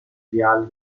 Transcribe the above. viale